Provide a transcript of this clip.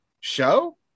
show